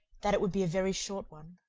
that it would be a very short one.